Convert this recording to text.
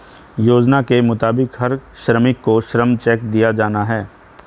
योजना के मुताबिक हर श्रमिक को श्रम चेक दिया जाना हैं